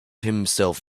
himself